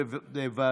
וזכויותיו),